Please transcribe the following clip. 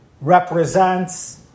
represents